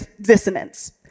dissonance